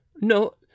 no